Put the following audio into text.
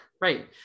right